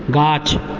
गाछ